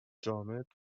جامد